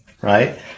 right